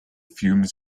fumes